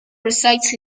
resides